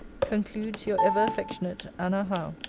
concludes your ever affectionate, anna howe.